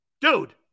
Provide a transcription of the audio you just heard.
Dude